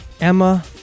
emma